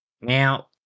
Now